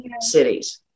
cities